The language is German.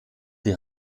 die